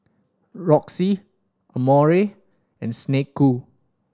Roxy Amore and Snek Ku